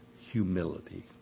humility